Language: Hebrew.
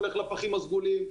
הולך לפחים הסגולים,